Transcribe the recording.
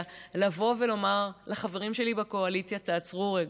לבוא ולומר לחברים שלי בקואליציה: תעצרו רגע,